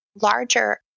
Larger